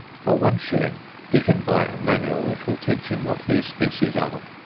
for one shilling he can buy a manual which will teach him what these species are,